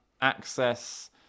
access